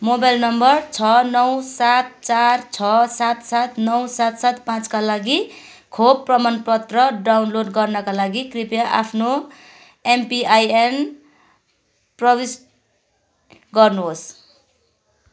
mobile number छ नौ सात चार छ सात सात नौ सात सात पाचँका लागि खोप प्रमाणपत्र डाउनलोड गर्नाका लागि कृपया आफ्नो एमपिआइएन प्रविष्ट गर्नुहोस्